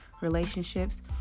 relationships